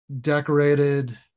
decorated